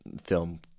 film